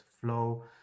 flow